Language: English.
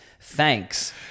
thanks